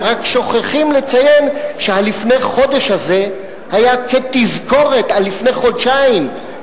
הם רק שוכחים לציין שה"לפני חודש" הזה היה כתזכורת על לפני חודשיים,